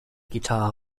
guitar